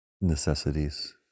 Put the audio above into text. necessities